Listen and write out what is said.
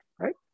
right